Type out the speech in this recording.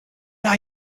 are